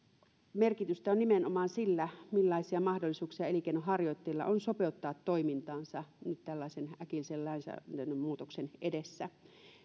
merkitystä on nimenomaan sillä millaisia mahdollisuuksia elinkeinonharjoittajilla on sopeuttaa toimintaansa nyt tällaisen äkillisen lainsäädäntömuutoksen edessä